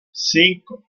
cinco